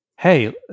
Hey